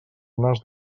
nas